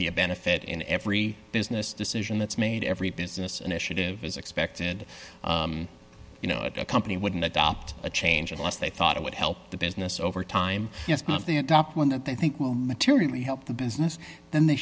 be a benefit in every business decision that's made every business initiative is expected you know that a company wouldn't adopt a change unless they thought it would help the business over time one that they think will materially help the business then they